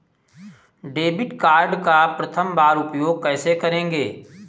Debit card का प्रथम बार उपयोग कैसे करेंगे?